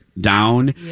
down